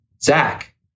Zach